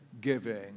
giving